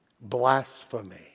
Blasphemy